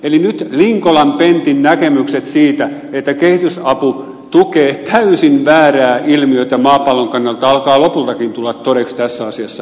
eli nyt linkolan pentin näkemykset siitä että kehitysapu tukee täysin väärää ilmiötä maapallon kannalta alkavat lopultakin tulla todeksi tässä asiassa